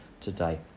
today